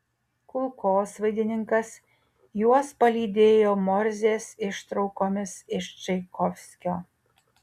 kulkosvaidininkas juos palydėjo morzės ištraukomis iš čaikovskio